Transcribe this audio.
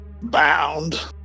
bound